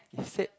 is it